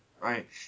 right